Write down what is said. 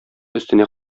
өстенә